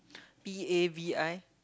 P A V I